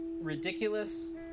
ridiculous